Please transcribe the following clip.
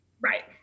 right